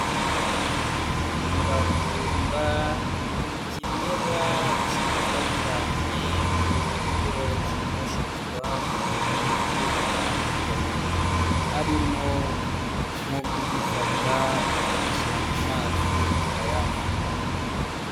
Umuravumba n'ikimera cyiza cyane, ku buryo cyifashishwa mu buvuzi butandukanye harimo nko kugifata ukagishyira mu mazi ukayanywa.